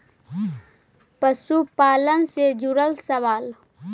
पशुपालन से जुड़ल सवाल?